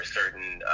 certain